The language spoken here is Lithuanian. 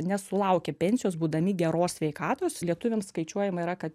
nesulaukia pensijos būdami geros sveikatos lietuviams skaičiuojama yra kad